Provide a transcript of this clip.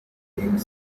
game